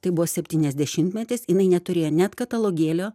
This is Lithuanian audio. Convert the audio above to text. tai buvo septyniasdešimtmetis jinai neturėjo net katalogėlio